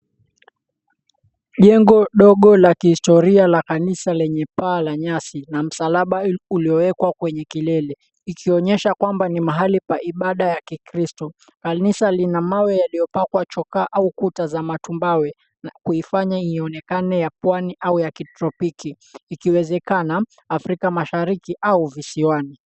Jengo dogo la kihistoria la kanisa lenye paa la nyasi na msalaba uliowekwa kwenye kilele, ikionyesha kwamba ni mahali pa ibada ya kikristo. Kanisa lina mawe yaliyopakwa chokaa au kuta za matumbawe na kuifanya ionekane ya Pwani au ya kitropiki, ikiwezekana Afrika Mashariki au visiwani.